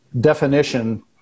definition